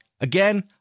Again